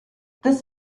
this